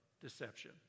deception